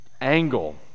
angle